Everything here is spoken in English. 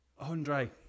Andre